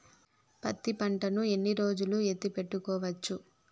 పత్తి పంటను ఎన్ని రోజులు ఎత్తి పెట్టుకోవచ్చు?